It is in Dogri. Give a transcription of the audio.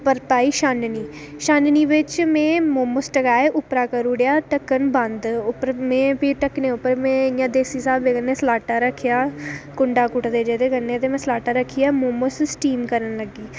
उप्पर पाई छाननी ते छाननी बिच में मोमोज़ टकाए उप्पर करी ओड़ेआ ढक्कन बंद ते उप्पर ढक्कनै उप्पर में देसी स्हाबै कन्नै सलाटा रक्खेआ कुंडा कुट्टदे ते में सलाटा रक्खेआ ते मोमोज़ स्टीम करन लग्गी